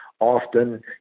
Often